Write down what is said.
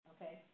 Okay